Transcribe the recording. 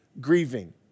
grieving